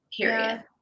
Period